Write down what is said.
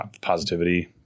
positivity